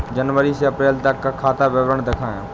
जनवरी से अप्रैल तक का खाता विवरण दिखाए?